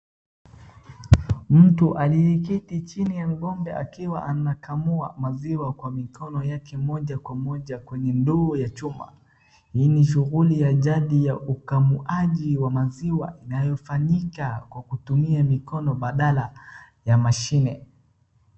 Mtu aliyeketi chini ya ngombe akiwa anakamua maziwa kwa mikono yake moja kwa moja kwenye ndoo ya chuma. Hii ni shughuli ya jadi ya ukamuaji wa maziwa inayofanyika kwa kutumia mikono badala ya mashine.